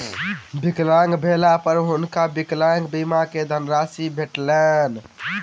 विकलांग भेला पर हुनका विकलांग बीमा के धनराशि भेटलैन